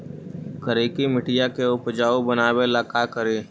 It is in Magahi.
करिकी मिट्टियां के उपजाऊ बनावे ला का करी?